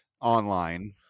online